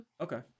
okay